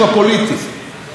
מה שטוב למדינה,